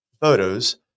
photos